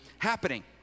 happening